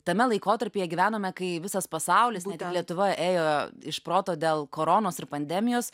tame laikotarpyje gyvenome kai visas pasaulis ne tik lietuvoje ėjo iš proto dėl koronos ir pandemijos